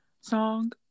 song